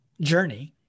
journey